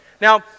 Now